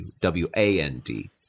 W-A-N-D